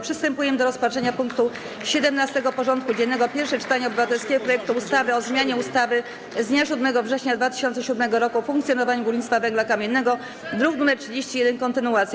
Przystępujemy do rozpatrzenia punktu 17. porządku dziennego: Pierwsze czytanie obywatelskiego projektu ustawy o zmianie ustawy z dnia 7 września 2007 r. o funkcjonowaniu górnictwa węgla kamiennego (druk nr 31) - kontynuacja.